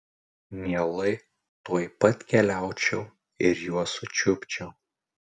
mielai tuoj pat keliaučiau ir juos sučiupčiau